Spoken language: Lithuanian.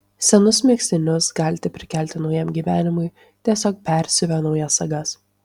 senus megztinius galite prikelti naujam gyvenimui tiesiog persiuvę naujas sagas